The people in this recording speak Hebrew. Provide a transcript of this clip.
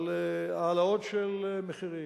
על העלאות מחירים,